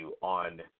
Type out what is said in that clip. on